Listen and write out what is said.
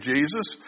Jesus